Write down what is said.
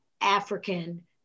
African